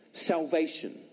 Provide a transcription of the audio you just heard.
salvation